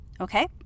Okay